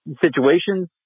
situations